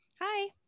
Hi